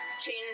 change